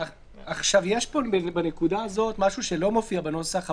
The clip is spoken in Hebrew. יש פה בנקודה הזו, משהו שלא מופיע בנוסח.